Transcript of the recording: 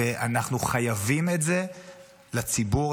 ואנחנו חייבים לציבור,